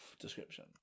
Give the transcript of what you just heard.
description